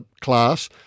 class